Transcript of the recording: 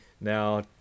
now